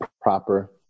proper